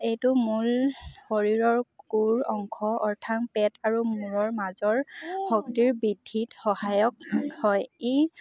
এইটো মূল শৰীৰৰ কোৰ অংশ অৰ্থাৎ পেট আৰু মূৰৰ মাজৰ শক্তিৰ বৃদ্ধিত সহায়ক হয় ই